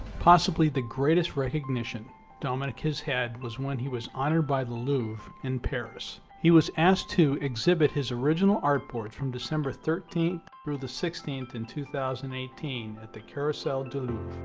possibly the greatest recognition dominique has had was when he was honored by the louvre in paris. he was asked to exhibit his original art boards from december thirteenth through the sixteenth in two thousand and eighteen at the carrousel du louvre.